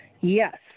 Yes